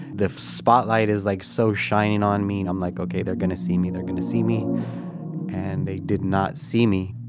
the spotlight is like so shining on me and i'm like, okay, they're going to see me they're going to see me and they did not see me.